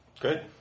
good